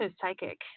psychic